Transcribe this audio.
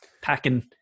packing